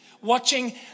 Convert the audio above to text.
watching